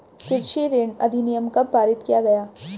कृषि ऋण अधिनियम कब पारित किया गया?